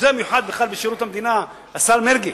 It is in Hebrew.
החוזה המיוחד בשירות המדינה, השר מרגי,